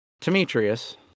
Demetrius